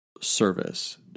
service